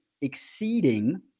exceeding